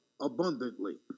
abundantly